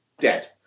dead